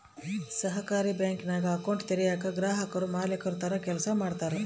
ಸಹಕಾರಿ ಬ್ಯಾಂಕಿಂಗ್ನಾಗ ಅಕೌಂಟ್ ತೆರಯೇಕ ಗ್ರಾಹಕುರೇ ಮಾಲೀಕುರ ತರ ಕೆಲ್ಸ ಮಾಡ್ತಾರ